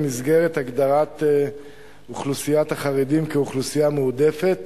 במסגרת הגדרת אוכלוסיית החרדים כאוכלוסייה מועדפת